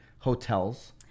hotels